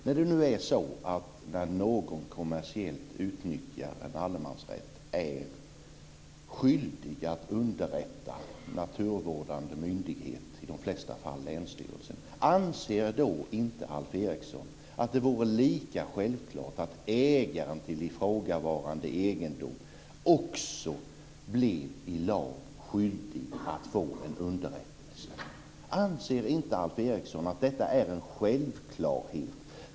När det nu är så att någon som kommersiellt utnyttjar en allemansrätt är skyldig att underrätta naturvårdande myndighet, i de flesta fall länsstyrelsen, anser då inte Alf Eriksson att det vore lika självklart att denne i lag blev skyldig att även ge ägaren till ifrågavarande egendom en underrättelse? Anser inte Alf Eriksson att detta är en självklarhet?